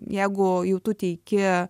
jeigu jau tu teiki